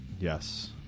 Yes